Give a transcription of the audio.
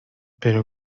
pero